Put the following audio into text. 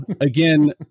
again